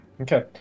Okay